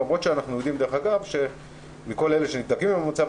למרות שאנחנו יודעים שמכל אלה שנבדקים במצב